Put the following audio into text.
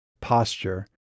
posture